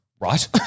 Right